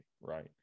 right